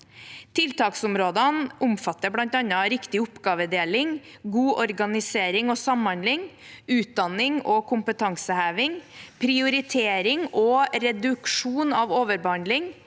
Tiltaksområdene omfatter bl.a. riktig oppgavedeling, god organisering og samhandling, utdanning og kompetanseheving, prioritering og reduksjon av overbehandling,